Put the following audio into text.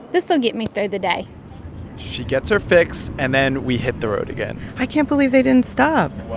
this will get me through the day she gets her fix, and then we hit the road again i can't believe they didn't stop wow